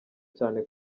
cyane